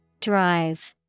Drive